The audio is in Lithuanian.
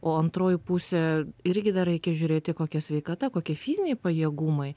o antroji pusė irgi dar reikia žiūrėti kokia sveikata kokie fiziniai pajėgumai